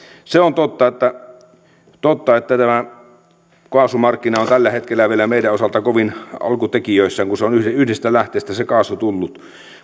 se on totta että tämä kaasumarkkina on tällä hetkellä vielä meidän osalta kovin alkutekijöissään kun on yhdestä lähteestä se kaasu tullut